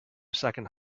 second